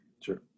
Sure